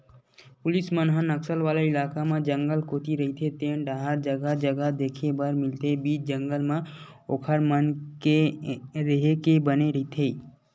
police मन ह नक्सल वाले इलाका म जंगल कोती रहिते तेन डाहर जगा जगा देखे बर मिलथे बीच जंगल म ओखर मन के रेहे के बने रहिथे